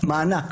מענק